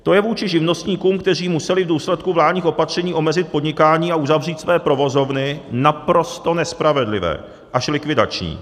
To je vůči živnostníkům, kteří museli v důsledku vládních opatření omezit podnikání a uzavřít své provozovny, naprosto nespravedlivé až likvidační.